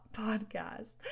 podcast